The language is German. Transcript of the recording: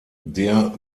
der